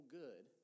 good